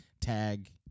tag